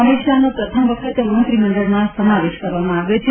અમિત શાહનો પ્રથમ વખત મંત્રીમંડળમાં સમાવેશ કરવામાં આવ્યો છે